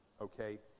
okay